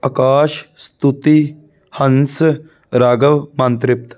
ਆਕਾਸ਼ ਸਤੁੱਤੀ ਹੰਸ ਰਾਘਵ ਮੰਤ੍ਰਿਪਤ